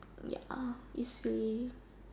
ya you see